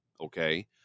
okay